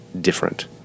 different